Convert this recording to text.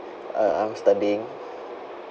uh I'm studying